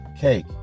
cake